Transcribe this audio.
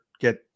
get